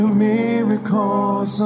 miracles